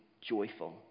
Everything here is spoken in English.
joyful